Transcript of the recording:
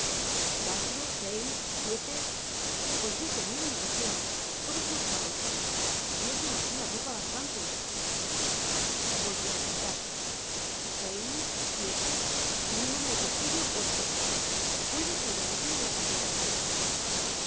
cuatro seis siete pues yo tenía una docena todos marcados pierden aquí la ropa bastante volvió a contar seis siete y uno en el bolsillo ocho puede que haya otro en la lavandera